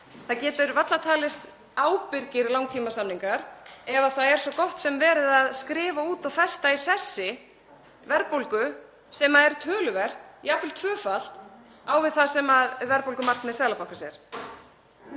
Það geta varla talist vera ábyrgir langtímasamningar ef það er svo gott sem verið að skrifa út og festa í sessi verðbólgu sem er töluvert hærri, jafnvel tvöfalt á við það sem verðbólgumarkmið Seðlabankans er.